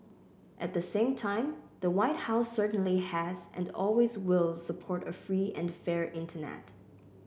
at the same time the White House certainly has and always will support a free and fair internet